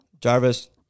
Jarvis